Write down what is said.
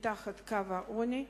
מתחת לקו העוני.